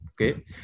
okay